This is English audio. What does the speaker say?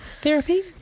therapy